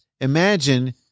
imagine